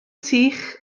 sych